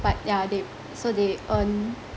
but yeah they so they earn